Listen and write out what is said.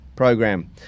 program